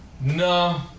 No